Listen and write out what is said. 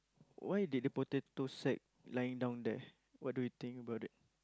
why did the potato sack lying down there what do you think about it